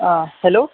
অঁ হেল্ল'